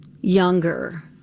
Younger